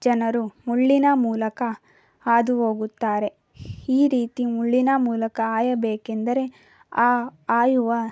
ಜನರು ಮುಳ್ಳಿನ ಮೂಲಕ ಹಾದು ಹೋಗುತ್ತಾರೆ ಈ ರೀತಿ ಮುಳ್ಳಿನ ಮೂಲಕ ಹಾಯಬೇಕೆಂದರೆ ಆ ಹಾಯುವ